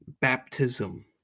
baptism